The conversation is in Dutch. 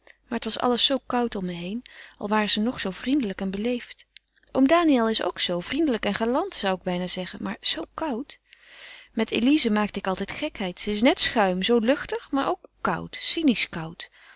maar het was alles zoo koud om me heen al waren ze nog zoo vriendelijk en beleefd oom daniël is ook zoo vriendelijk en galant zou ik bijna zeggen maar zoo koud met elize maakte ik altijd gekheid ze is net schuim zoo luchtig maar ook koud cynisch koud